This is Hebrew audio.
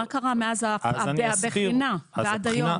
מה קרה מאז הבחינה ועד היום?